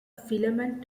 filament